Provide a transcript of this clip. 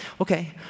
Okay